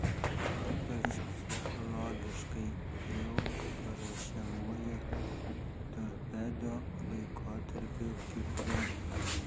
ypač psichologiškai jau paruošiamuoju torpedo laikotarpiu kipre